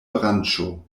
branĉo